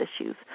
issues